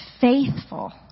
faithful